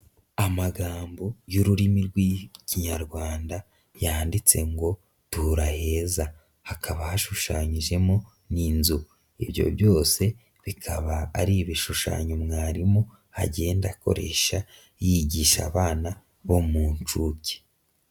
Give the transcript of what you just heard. Amagambo y'ururimi rw'Ikinyarwanda yanditse ngo tura heza hakaba hashushanyijemo n'inzu, ibyo byose bikaba ari ibishushanyo mwarimu agenda akoresha yigisha abana bo mu nshuke.